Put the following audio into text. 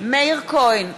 מאיר כהן,